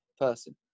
person